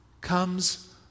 comes